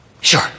Sure